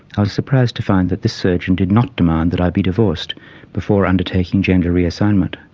i was surprised to find that this surgeon did not demand that i be divorced before undertaking gender reassignment.